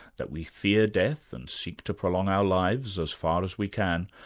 that we fear death and seek to prolong our lives as far as we can,